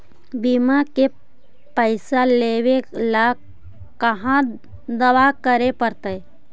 बिमा के पैसा लेबे ल कहा दावा करे पड़तै?